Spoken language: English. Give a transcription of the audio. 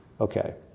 okay